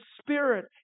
spirit